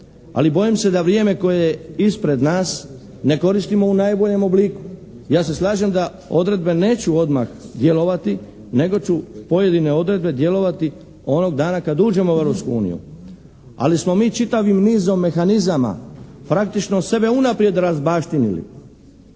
ali bojim se da vrijeme koje je ispred nas ne koristimo u najboljem obliku. Ja se slažem da odredbe neću odmah djelovati, nego ću pojedine odredbe djelovati onog dana kad uđemo u Europsku uniju, ali smo mi čitavim nizom mehanizama praktično sebe unaprijed razbaštinili.